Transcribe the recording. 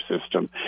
system